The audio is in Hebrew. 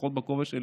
פחות בכובע של